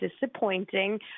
disappointing